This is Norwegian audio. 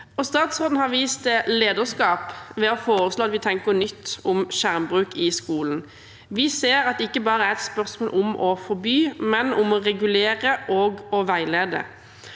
Statsråden har vist lederskap ved å foreslå at vi tenker nytt om skjermbruk i skolen. Vi ser at det ikke bare er et spørsmål om å forby, men om å regulere og veilede.